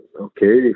okay